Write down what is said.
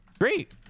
Great